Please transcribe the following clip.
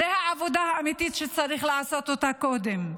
זו העבודה האמיתית שצריך לעשות קודם,